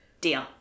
Deal